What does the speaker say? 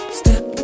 step